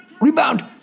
Rebound